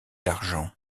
l’argent